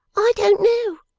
i don't know